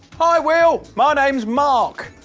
hi, will. my name's mark!